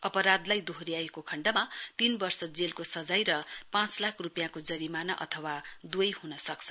अपराधलाई दोहोर्याएको खण्डमा तीन वर्ष जेलको सजाय र पाँच लाख रूपियाँको जरिमाना अथवा द्वै ह्न सक्छ